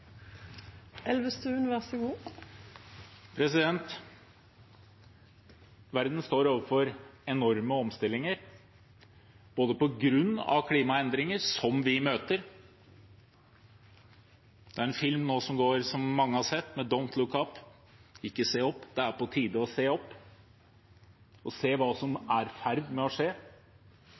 en film som går nå, som mange har sett, «Don’t Look Up» – ikke se opp. Det er på tide å se opp og se hva som er i ferd med å skje.